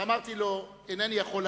ואמרתי לו: אינני יכול,